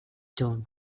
don’t